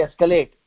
escalate